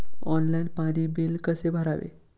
Online पाणी bill कसे भरावे?